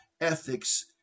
ethics